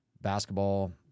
basketball